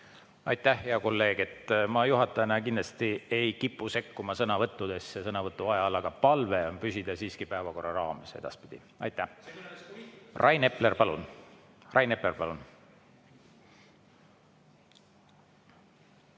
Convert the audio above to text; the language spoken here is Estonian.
Aitäh, hea kolleeg! Ma juhatajana kindlasti ei kipu sekkuma sõnavõttudesse sõnavõtu ajal, aga palve on püsida siiski päevakorra raames edaspidi. Aitäh! (Hääl saalist.) Rain Epler, palun!